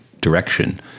direction